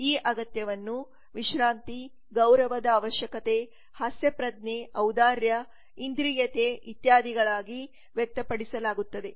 ಈ ಅಗತ್ಯವನ್ನು ವಿಶ್ರಾಂತಿ ಗೌರವದ ಅವಶ್ಯಕತೆ ಹಾಸ್ಯಪ್ರಜ್ಞೆ ಔದಾರ್ಯ ಇಂದ್ರಿಯತೆ ಇತ್ಯಾದಿಗಳಾಗಿ ವ್ಯಕ್ತಪಡಿಸಲಾಗುತ್ತದೆ